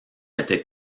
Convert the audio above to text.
était